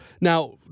now